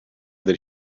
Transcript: that